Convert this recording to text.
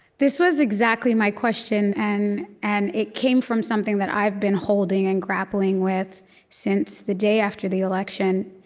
this was exactly my question. and and it came from something that i've been holding and grappling with since the day after the election,